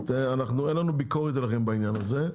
אין לנו ביקורת עליכם בעניין הזה.